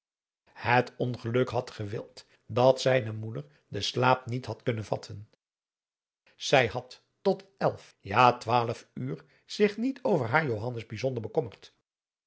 het ongeluk had gewild dat zijne moeder den slaap niet had kunnen vatten zij had tot elf ja twaalf uur zich niet over haar johannes bijzonder bekommerd